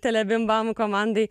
telebimbam komandai